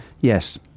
Yes